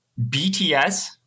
BTS